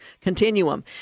continuum